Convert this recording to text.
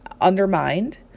undermined